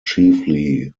chiefly